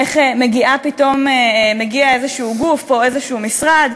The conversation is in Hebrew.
איך מגיע איזה גוף או איזה משרד,